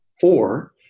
four